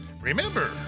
Remember